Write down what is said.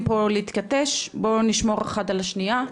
פה להתכתש בואו נשמור אחד על השנייה.